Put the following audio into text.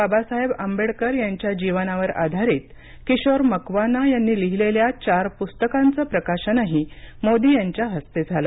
बाबासाहेब आंबेडकर यांच्या जीवनावर आधारीत किशोर मकवाना यांनी लिहिलेल्या चार पुस्तकांचं प्रकाशनही मोदी यांच्या हस्ते झालं